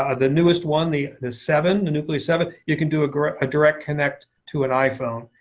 ah the newest one, the the seven, the nucleus seven, you can do a direct direct connect to an iphone.